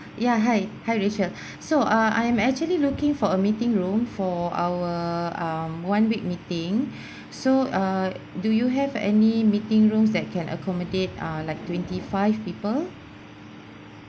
ya hi hi rachel so ah I'm actually looking for a meeting room for our um one week meeting so uh do you have any meeting rooms that can accommodate ah like twenty five people